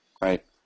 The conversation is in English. Right